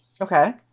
Okay